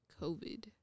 covid